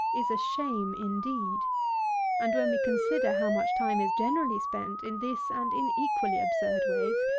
is a shame indeed and when we consider how much time is generally spent in this and in equally absurd ways,